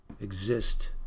exist